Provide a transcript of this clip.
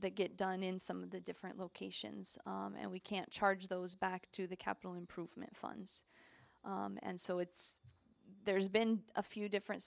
that get done in some of the different locations and we can't charge those back to the capital improvement funds and so it's there's been a few different